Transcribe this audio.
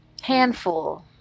handful